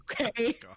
Okay